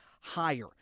higher